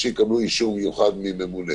שיקבלו אישור מיוחד מממונה.